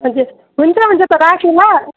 हजुर हुन्छ हुन्छ त राखेँ ल